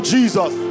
Jesus